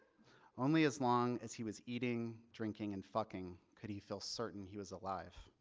only as long as he was eating, drinking and fucking could he feel certain he was alive.